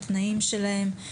התנאים שלהם,